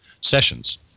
sessions